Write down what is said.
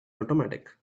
automatic